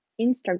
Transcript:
Instagram